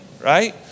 right